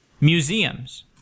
Museums